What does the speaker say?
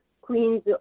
queens